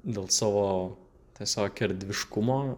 dėl savo tiesiog erdviškumo